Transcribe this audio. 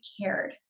cared